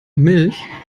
milch